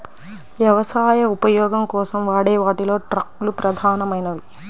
వ్యవసాయ ఉపయోగం కోసం వాడే వాటిలో ట్రక్కులు ప్రధానమైనవి